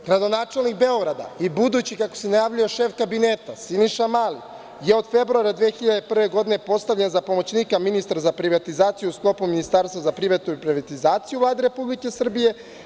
Gradonačelnik Beograda i budući, kako se najavljuje, šef Kabineta, Siniša Mali je od februara 2001. godine postavljen za pomoćnika ministra za privatizaciju u sklopu Ministarstva za privatizaciju u Vladi Republike Srbije.